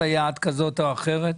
סייעת כזאת או אחרת?